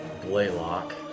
Blaylock